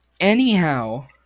Anyhow